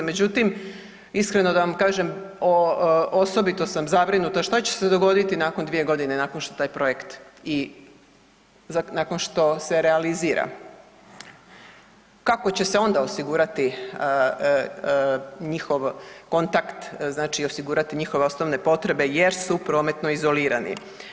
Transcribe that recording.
Međutim, iskreno da vam kažem, osobito sam zabrinuta šta će se dogoditi nakon 2.g. nakon što taj projekt i, nakon što se realizira, kako će se onda osigurat njihov kontakt, znači osigurati njihove osnovne potrebe jer su prometno izolirani?